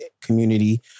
community